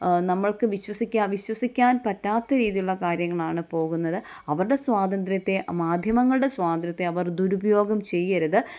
നമ്മൾക്ക് വിശ്വസിക്കാൻ വിശ്വസിക്കാൻ പറ്റാത്ത രീതിയിലുള്ള കാര്യങ്ങളാണ് പോകുന്നത് അവരുടെ സ്വാതന്ത്ര്യത്തെ മാധ്യമങ്ങളുടെ സ്വാതന്ത്ര്യത്തെ അവർ ദുരുപയോഗം ചെയ്യരുത്